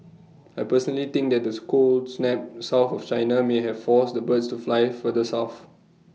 I personally think that the cold snap south of China may have forced the birds to flier further south